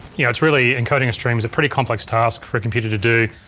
yeah it's really, encoding a stream is a pretty complex task for a computer to do,